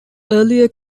earlier